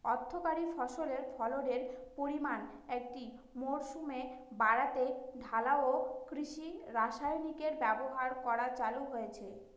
অর্থকরী ফসলের ফলনের পরিমান একটি মরসুমে বাড়াতে ঢালাও কৃষি রাসায়নিকের ব্যবহার করা চালু হয়েছে